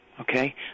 Okay